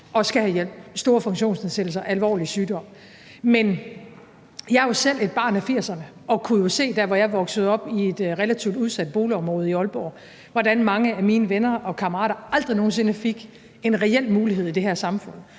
hvis man har store funktionsnedsættelser eller alvorlig sygdom. Men jeg er jo selv et barn af 1980'erne og kunne se dér, hvor jeg voksede op – i et relativt udsat boligområde i Aalborg – hvordan mange af mine venner og kammerater aldrig nogen sinde fik en reel mulighed i det her samfund,